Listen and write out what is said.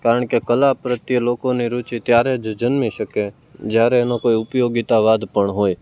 કારણ કે કલા પ્રત્યે લોકોને રુચિ ત્યારે જ જન્મી શકે જ્યારે એનો કોઈ ઉપયોગિતાવાદ પણ હોય